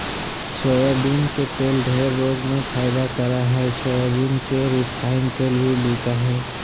soybean के तेल ढेर रोग में फायदा करा हइ सोयाबीन के रिफाइन तेल भी बिका हइ